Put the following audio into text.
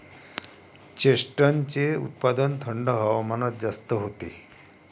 चेस्टनटचे उत्पादन थंड हवामानात जास्त होते